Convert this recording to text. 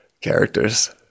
characters